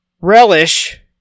relish